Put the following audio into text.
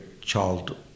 child